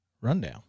Rundown